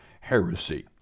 heresy